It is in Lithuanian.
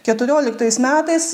keturioliktais metais